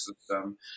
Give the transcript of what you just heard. system